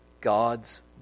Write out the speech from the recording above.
God's